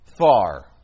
far